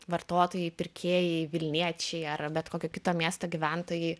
vartotojai pirkėjai vilniečiai ar bet kokio kito miesto gyventojai